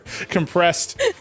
compressed